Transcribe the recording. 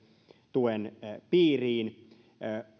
tuen piiriin